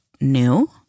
new